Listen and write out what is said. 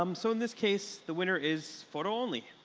um so in this case, the winner is photo only,